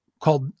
called